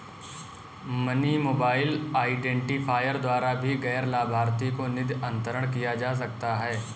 money mobile identifier द्वारा भी गैर लाभार्थी को निधि अंतरण किया जा सकता है